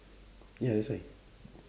ya that's why